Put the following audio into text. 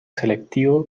selectivo